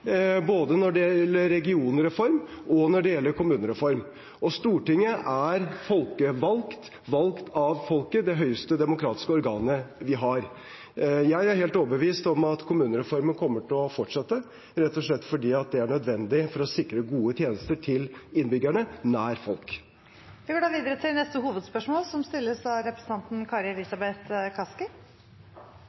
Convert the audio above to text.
både når det gjelder regionreform og når det gjelder kommunereform, og Stortinget er folkevalgt, valgt av folket, det høyeste demokratiske organet vi har. Jeg er helt overbevist om at kommunereformen kommer til å fortsette, rett og slett fordi det er nødvendig for å sikre gode tjenester til innbyggerne nær folk. Vi går videre til neste hovedspørsmål. Vi liker å tenke på Norge som